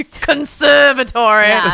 conservatory